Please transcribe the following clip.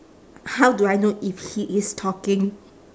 how do I know if he is talking